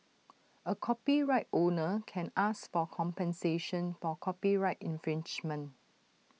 A copyright owner can ask for compensation for copyright infringement